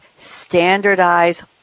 standardize